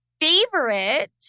favorite